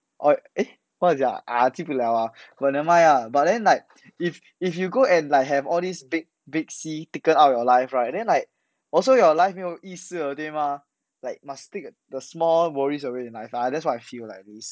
!oi! eh what is it ah 啊记不 liao ah but nevermind lah but then like if if you go and like have all these big big C taken out your life right then like also your life 没有意思了对吗 like must take the small worries away in your life ah this is what I feel like at least